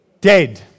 dead